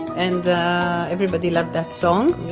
and everybody loved that song yeah!